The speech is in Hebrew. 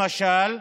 למשל,